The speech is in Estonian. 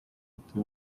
võtta